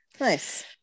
Nice